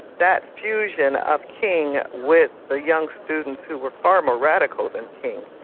that fusion of king with the young students who were far more radical than king,